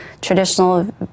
traditional